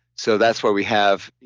so that's why we have.